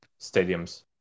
stadiums